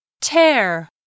tear